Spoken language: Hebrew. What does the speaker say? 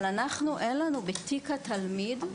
אבל לנו אין בתיק התלמיד,